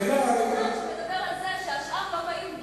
מדבר על זה שהשאר לא באים,